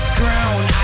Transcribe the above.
ground